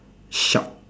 sharp